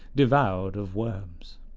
devoured of worms.